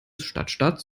stadtstaats